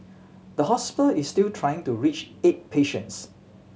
the hospital is still trying to reach eight patients